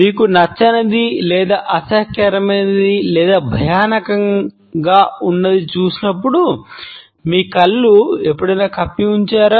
మీకు నచ్చనిది లేదా అసహ్యకరమైనది లేదా భయానకంగా ఉన్నదాన్ని చూసినప్పుడు మీ కళ్ళను మీరు ఎప్పుడైనా కప్పి ఉంచారా